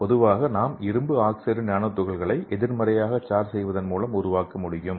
பொதுவாக நாம் இரும்பு ஆக்சைடு நானோ துகள்களை எதிர்மறையாக சார்ஜ் செய்வதன் மூலம் உருவாக்க முடியும்